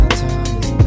time